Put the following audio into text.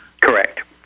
Correct